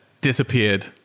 disappeared